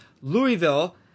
Louisville